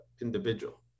individual